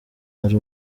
ari